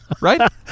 Right